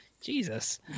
Jesus